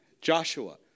Joshua